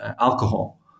alcohol